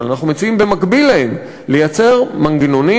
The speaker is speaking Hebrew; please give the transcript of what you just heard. אבל אנחנו מציעים במקביל להם לייצר מנגנונים